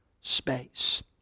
space